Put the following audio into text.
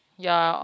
ya